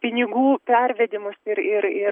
pinigų pervedimus ir ir ir